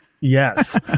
Yes